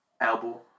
Elbow